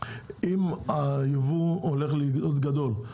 אם היבוא הולך להיות גדול,